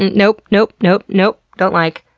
nope, nope, nope, nope. don't like.